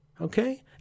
Okay